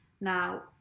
now